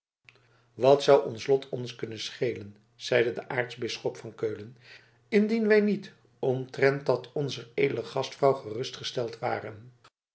wat zou ons lot ons kunnen schelen zeide de aartsbisschop van keulen indien wij niet omtrent dat onzer edele gastvrouw gerustgesteld waren